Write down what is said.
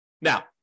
Now